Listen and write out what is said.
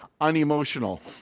unemotional